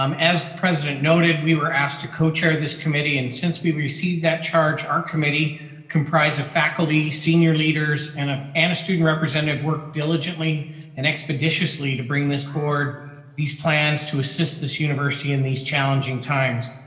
um as president noted, we were asked to co-chair this committee and since we received that charge, our committee comprised of faculty, senior leaders and a and student representative worked diligently and expeditiously to bring this board these plans to assist this university in these challenging times.